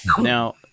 now